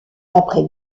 après